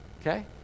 okay